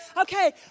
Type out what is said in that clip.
Okay